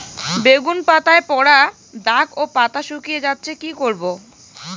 বেগুন পাতায় পড়া দাগ ও পাতা শুকিয়ে যাচ্ছে কি করব?